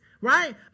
Right